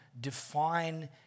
define